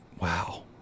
wow